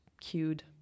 cued